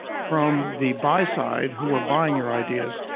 from the buy side, who were buying your ideas,